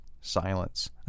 silence